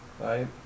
right